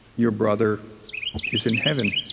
your brother is in heaven.